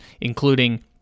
including